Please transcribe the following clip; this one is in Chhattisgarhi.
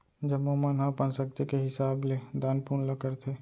जम्मो मन ह अपन सक्ति के हिसाब ले दान पून ल करथे